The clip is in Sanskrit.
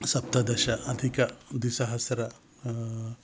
सप्तदश अधिक द्विसहस्र